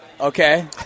okay